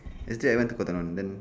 yesterday I went to Cotton On then